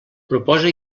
proposa